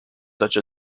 such